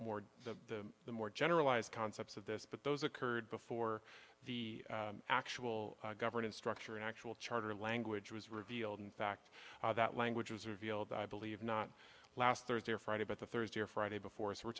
of the the more generalized concepts of this but those occurred before the actual governance structure an actual charter language was revealed in fact that language was revealed i believe not last thursday or friday but the thursday or friday before so we're